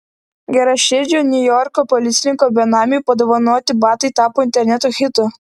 geraširdžio niujorko policininko benamiui padovanoti batai tapo interneto hitu